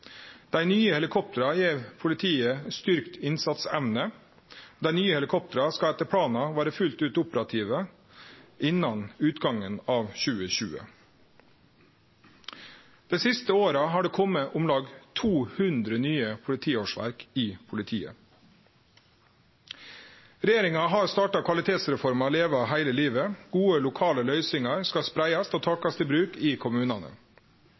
Dei nye helikoptera gjev politiet styrkt innsatsevne. Dei nye helikoptera skal etter planen vere operative innan utgangen av 2020. Det siste året har det kome om lag 200 nye politiårsverk i politiet. Regjeringa har starta kvalitetsreforma Leve heile livet. Gode lokale løysingar skal spreiast og takast i bruk i kommunane.